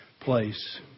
place